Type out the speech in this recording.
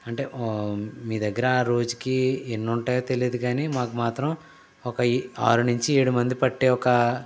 అంటే మీ దగ్గర రోజుకి ఎన్నుంటాయో తెలిదు కానీ మాకు మాత్రం ఒక ఆరు నుంచి ఏడు మంది పట్టే ఒక